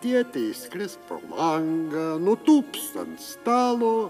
florentietė įskris pro langą nutūps ant stalo